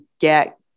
get